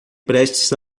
prestes